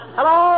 Hello